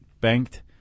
banked